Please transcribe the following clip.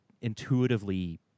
intuitively